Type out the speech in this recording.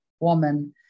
woman